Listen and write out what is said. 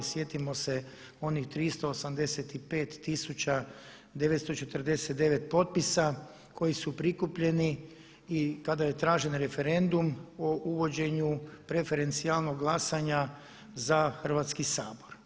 Sjetimo se onih 385 949 potpisa koji su prikupljeni i kada je tražen referendum o uvođenju preferencijalnog glasanja za Hrvatski sabor.